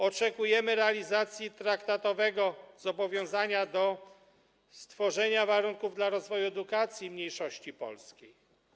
Oczekujemy realizacji traktatowego zobowiązania do stworzenia warunków dla rozwoju edukacji mniejszości polskiej.